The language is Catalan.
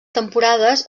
temporades